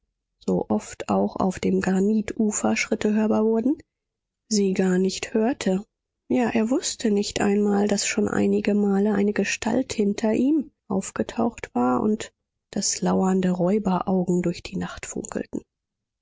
so oft auch auf dem granitufer schritte hörbar wurden sie gar nicht hörte ja er wußte nicht einmal daß schon einige male eine gestalt hinter ihm aufgetaucht war und daß lauernde räuberaugen durch die nacht funkelten